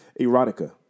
erotica